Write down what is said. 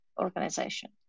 organization